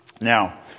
Now